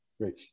Great